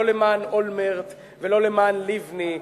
לא למען אולמרט ולא למען לבני,